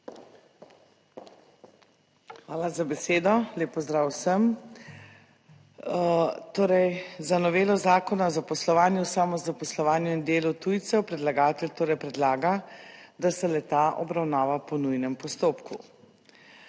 Hvala za besedo. Lep pozdrav vsem. Torej za novelo Zakona o zaposlovanju in samozaposlovanju in delu tujcev predlagatelj torej predlaga, da se le-ta obravnava po nujnem postopku.